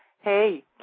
Hey